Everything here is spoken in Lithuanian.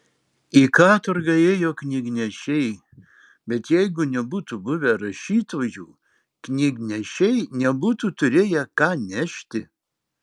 į katorgą ėjo knygnešiai bet jeigu nebūtų buvę rašytojų knygnešiai nebūtų turėję ką nešti